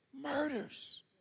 murders